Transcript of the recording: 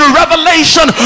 revelation